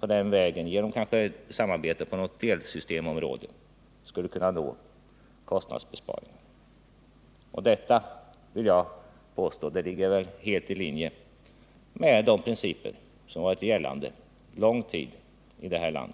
den vägen, kanske genom samarbete på något delsystemområde, skulle kunna nå kostnadsbesparingar. Jag vill påstå att detta ligger helt i linje med de principer som har varit gällande lång tid i detta land.